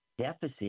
deficit